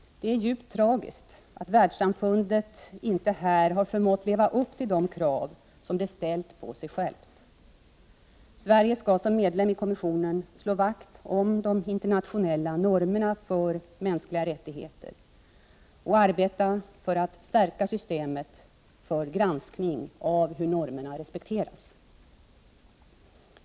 Det är djupt tragiskt att världssamfundet inte här har förmått leva upp till de krav som det har ställt på sig självt. Sverige skall som medlem i kommissionen slå vakt om de internationella normerna för mänskliga rättigheter. Vi skall arbeta för att stärka systemet för granskning av hur normerna respekteras.